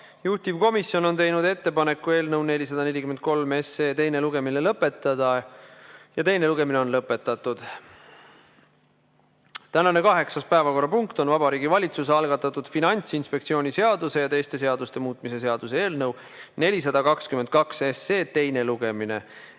Juhtivkomisjon on teinud ettepaneku eelnõu 443 teine lugemine lõpetada. Teine lugemine on lõpetatud. Tänane kaheksas päevakorrapunkt on Vabariigi Valitsuse algatatud Finantsinspektsiooni seaduse ja teiste seaduste muutmise seaduse eelnõu 422 teine lugemine.